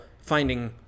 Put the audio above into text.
finding